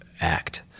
act